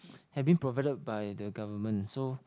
have been provided by the government so